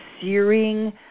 searing